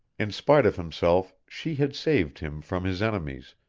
in spite of himself she had saved him from his enemies,